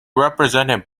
represented